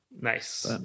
nice